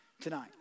tonight